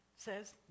says